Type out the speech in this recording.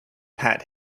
pat